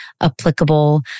applicable